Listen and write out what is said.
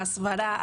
ההסברה,